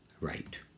Right